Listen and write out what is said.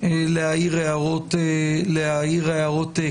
להעיר הערות כלליות.